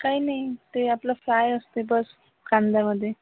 काही नाही ते आपलं फ्राय असते बस् कांद्यामध्ये